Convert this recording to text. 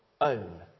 own